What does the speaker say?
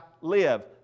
live